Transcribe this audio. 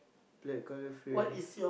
black colour frame